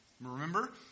Remember